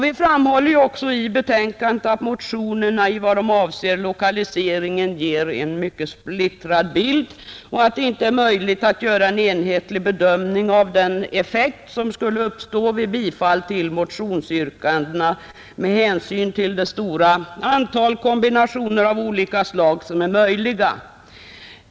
Vi framhåller också i betänkandet att motionerna i vad de avser lokalisering ger en mycket splittrad bild och att det inte är möjligt att göra en enhetlig bedömning av den effekt som ett bifall till motionsyrkandena skulle få med hänsyn till det stora antal kombinationer av olika slag som är tänkbara.